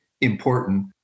important